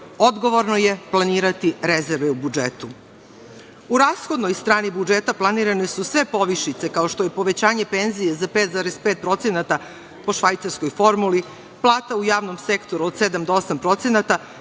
odgovorno je planirati rezerve u budžetu.U rashodnoj strani budžeta planirane su sve povišice, kao što je povećanje penzije za 5,5% po švajcarskoj formuli, plata u javnom sektoru od 7% do 8%,